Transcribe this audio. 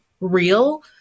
real